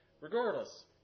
Regardless